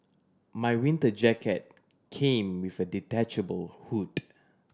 my winter jacket came with a detachable hood